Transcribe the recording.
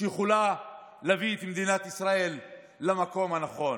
שיכולה להביא את מדינת ישראל למקום הנכון.